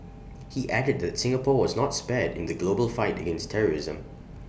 he added that Singapore was not spared in the global fight against terrorism